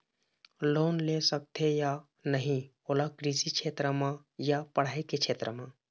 Loan ले सकथे या नहीं ओला कृषि क्षेत्र मा या पढ़ई के क्षेत्र मा?